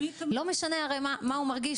לא משנה הרי מה הוא מרגיש,